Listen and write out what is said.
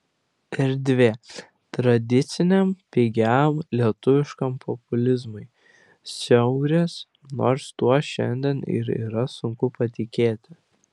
erdvė tradiciniam pigiam lietuviškam populizmui siaurės nors tuo šiandien ir yra sunku patikėti